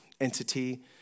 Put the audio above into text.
entity